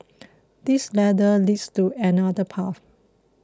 this ladder leads to another path